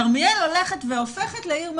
כרמיאל הולכת והופכת לעיר מעורבת.